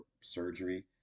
surgery